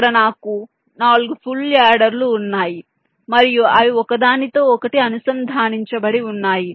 ఇక్కడ నాకు 4 ఫుల్ యాడర్లు ఉన్నాయి మరియు అవి ఒకదానితో ఒకటి అనుసంధానించబడి ఉన్నాయి